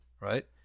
right